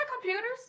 computers